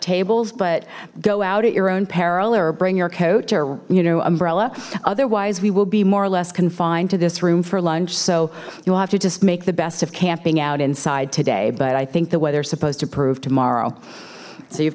tables but go out at your own peril or bring your coat or you know umbrella otherwise we will be more or less confined to this room for lunch so you'll have to just make the best of camping out inside today but i think the way they're supposed to prove tomorrow so you've